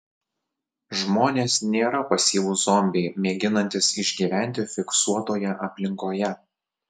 žmonės nėra pasyvūs zombiai mėginantys išgyventi fiksuotoje aplinkoje